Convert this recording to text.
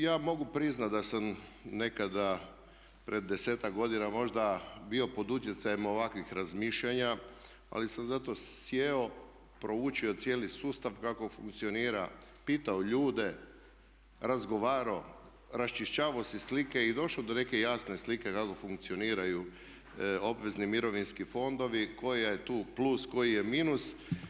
Ja mogu priznati da sam nekada pred 10-ak godina možda bio pod utjecajem ovakvih razmišljanja ali sam zato sjeo, proučio cijeli sustav kako funkcionira, pitao ljude, razgovarao, raščišćavao si slike i došao do neke jasne slike kako funkcioniraju obvezni mirovinski fondovi, koji je tu plus, koji je minus.